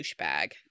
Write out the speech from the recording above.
douchebag